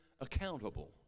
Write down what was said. accountable